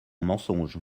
mensonge